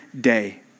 day